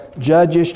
Judges